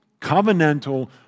covenantal